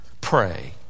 Pray